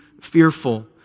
fearful